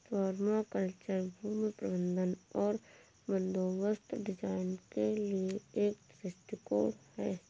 permaculture भूमि प्रबंधन और बंदोबस्त डिजाइन के लिए एक दृष्टिकोण है